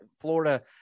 Florida –